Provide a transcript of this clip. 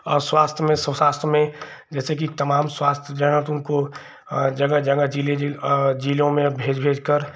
और स्वास्थ्य में स्वास्थ्य में जैसे कि तमाम स्वास्थ्य जहाँ उनको जगह जगह ज़िले ज़िले ज़िलों में भेज भेजकर और